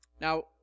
Now